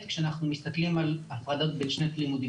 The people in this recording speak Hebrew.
כאשר אנחנו מסתכלים על הפרדות בין בשנת לימודים.